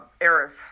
Eris